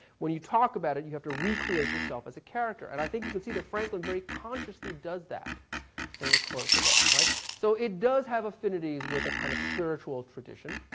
when you talk about it, you have to recreate yourself as a character. and i think you can see that franklin very consciously does that in the course of it. so it does have affinities with a kind of spiritual tradition.